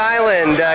Island